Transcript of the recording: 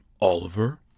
Oliver